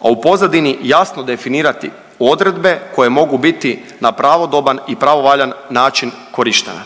a u pozadini jasno definirati odredbe koje mogu biti na pravodoban i pravovaljan način korištene.